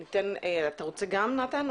נתן, אתה רוצה גם לדבר?